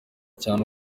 cyane